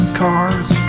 cars